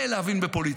זה להבין בפוליטיקה.